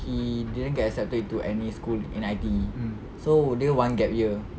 he didn't get accepted to any school in I_T_E so dia one gap year